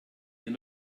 hier